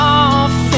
off